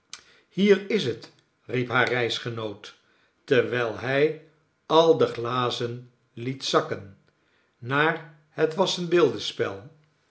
hier is het riep haar reisgenoot terwijl hij al de glazen liet zakken naar het wassenbeeldenspel